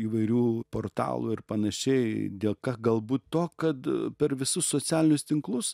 įvairių portalų ir panašiai dėka galbūt to kad per visus socialinius tinklus